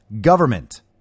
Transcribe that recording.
government